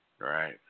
right